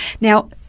Now